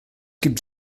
gibt